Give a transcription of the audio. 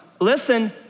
listen